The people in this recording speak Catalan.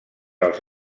als